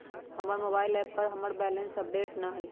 हमर mobile app पर हमर बैलेंस अपडेट न हई